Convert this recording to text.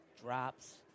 drops